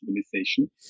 civilization